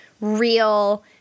real